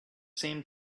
same